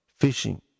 fishing